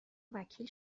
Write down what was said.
وکیل